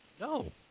No